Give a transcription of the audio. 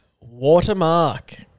watermark